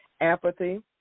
apathy